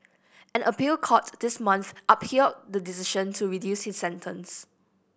an appeal court this month upheld the decision to reduce his sentence